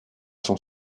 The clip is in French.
son